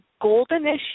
goldenish